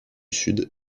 sud